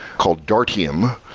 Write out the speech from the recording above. called dartium,